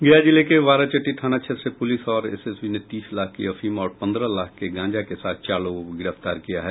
गया जिले के बाराचट्टी थाना क्षेत्र से पुलिस और एसएसबी ने तीस लाख की अफीम और पंद्रह लाख के गांजा के साथ चार लोगों को गिरफ्तार किया है